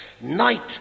night